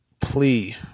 plea